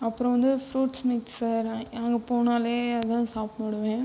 அப்புறம் வந்து fruits mixer அங்கே போனாலே அதுதான் சாப்பிடுவேன்